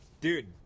Dude